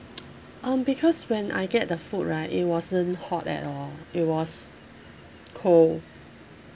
um because when I get the food right it wasn't hot at all it was cold